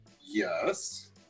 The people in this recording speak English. Yes